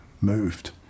moved